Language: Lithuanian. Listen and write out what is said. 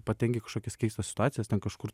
patenki į kažkokias keistas situacijas ten kažkur tai